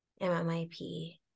MMIP